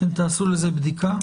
תעשו לזה בדיקה.